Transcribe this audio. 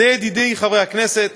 זה, ידידי חבר הכנסת,